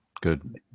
good